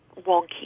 wonky